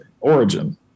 origin